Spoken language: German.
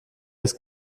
ist